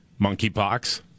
Monkeypox